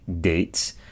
dates